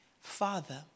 Father